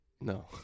no